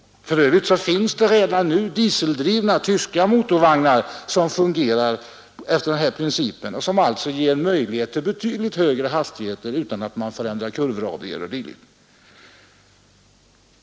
För övrigt finns det redan nu dieseldrivna tyska motorvagnar som fungerar efter den här principen och som alltså ger möjlighet till betydligt högre hastigheter utan att man förändrar kurvradier o. d.